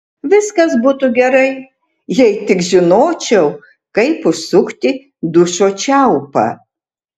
viskas būtų gerai jei tik žinočiau kaip užsukti dušo čiaupą